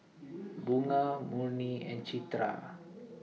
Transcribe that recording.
Bunga Murni and Citra